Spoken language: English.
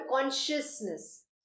consciousness